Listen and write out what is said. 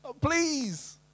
please